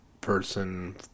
person